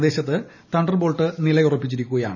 പ്രദേശത്ത് തണ്ടർബോൾട്ട് നിലയുറപ്പിച്ചിരിക്കുകയാണ്